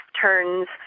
turns